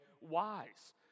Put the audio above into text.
wise